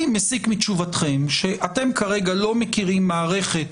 אני מסיק מתשובתכם שאתם כרגע לא מכירים מערכת